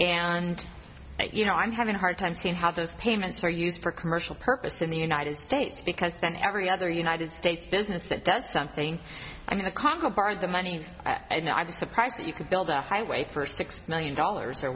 and you know i'm having a hard time seeing how those payments are used for commercial purposes in the united states because then every other united states business that does something i mean the congo borrowed the money and i was surprised that you could build a highway first six million dollars or